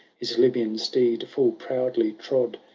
his lybian steed full proudly trode.